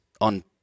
on